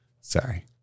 sorry